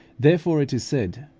therefore it is said,